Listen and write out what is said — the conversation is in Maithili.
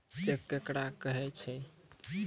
चेक केकरा कहै छै?